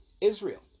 Israel